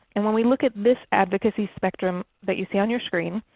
and when we look at this advocacy spectrum that you see on your screen,